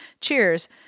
Cheers